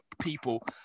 people